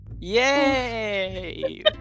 Yay